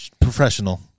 Professional